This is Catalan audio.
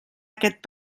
aquest